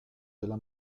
della